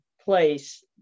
place